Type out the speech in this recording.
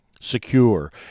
secure